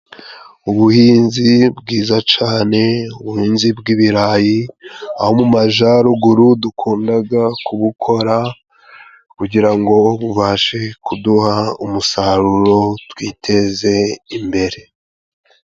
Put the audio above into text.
Ubuhinzi bwiza cane, ubuhinzi bw'ibirayi, aho mu majaruguru dukundaga kubukora kugira ngo bubashe kuduha umusaruro twiteze imbere.